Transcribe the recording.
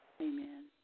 Amen